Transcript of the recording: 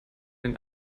den